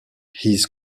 his